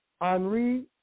Henri